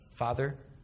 Father